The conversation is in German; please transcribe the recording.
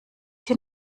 hier